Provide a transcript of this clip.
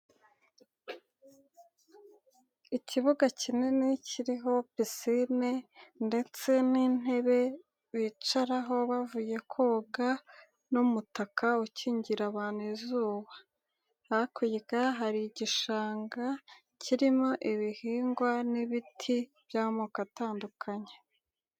Ikibuga kinini kiriho pisine, ndetse n'intebe bicaraho bavuye koga n'umutaka ukingira abantu izuba. Hakurya hari igishanga kirimo ibihingwa n'ibiti by'amoko atandukanye.